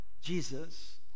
Jesus